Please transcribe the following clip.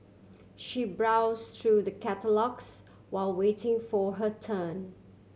she browse through the catalogues while waiting for her turn